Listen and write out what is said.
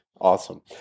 Awesome